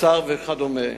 האוצר וכדומה.